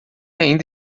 ainda